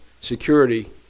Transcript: security